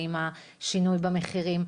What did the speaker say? את השינוי במחירים.